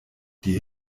die